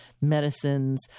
medicines